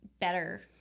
better